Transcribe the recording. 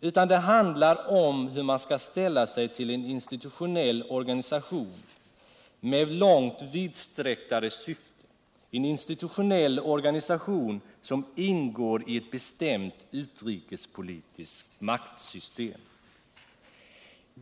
utan det handlar om hur man skall ställa sig ull en institutionell organisation med långt vidsträcktare syfte, en institutionell organisation som ingår i ett bestämt utrikespolitiskt maktsystem.